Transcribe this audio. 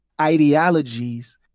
ideologies